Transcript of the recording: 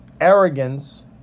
arrogance